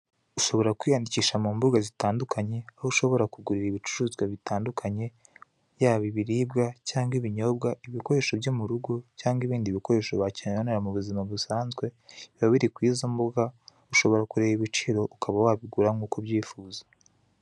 Ushobora kwiyandikisha mu mbuga zitandukanye, aho ushobora kugura ibicuruzwa bitandukanye, yaba ibiribwa cyangwa ibinyobwa, ibikoresho byo mu rugo cyangwa ibindi ibikoresho wakenera mu buzima busanzwe, biba biri kuri izo mbuga ushobora kureba ibiciro, ukaba wabigura nk'uko ubyifuza.